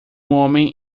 homem